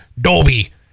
Dolby